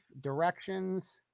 directions